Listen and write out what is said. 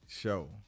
show